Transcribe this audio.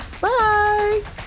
Bye